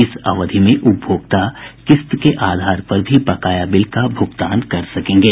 इस अवधि में उपभोक्ता किस्त के आधार पर भी बकाया बिल का भुगतान कर सकेंगे